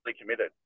committed